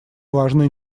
важно